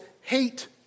hate